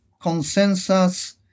consensus